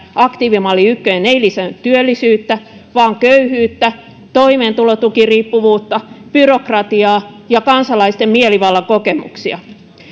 aktiivimalli ykkönen ei lisännyt työllisyyttä vaan köyhyyttä toimeentulotukiriippuvuutta byrokratiaa ja kansalaisten mielivallan kokemuksia